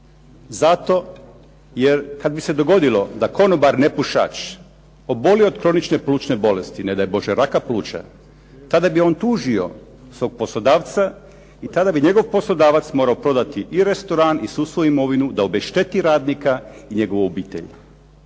Zato jer kad bi se dogodilo da konobar nepušač oboli od kronične plućne bolesti ne daj Bože raka pluća tada bi on tužio svog poslodavca i tada bi njegov poslodavac morao prodati i restoran i svu svoju imovinu da obešteti radnika i njegovu obitelj.